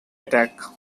attack